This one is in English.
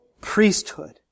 priesthood